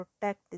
protect